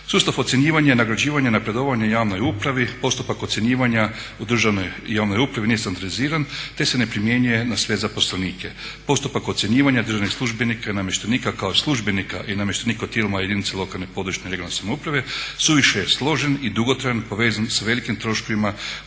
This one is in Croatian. Sustav ocjenjivanja, nagrađivanja i napredovanja u javnoj upravi, postupak ocjenjivanja u državnoj i javnoj upravi nije standardiziran te se ne primjenjuje na sve zaposlenike. Postupak ocjenjivanja državnih službenika i namještenika kao i službenika i namještenika u tijelima jedinice lokalne i područne (regionalne) samouprave suviše je složen i dugotrajno povezan s velikim troškovima